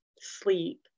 sleep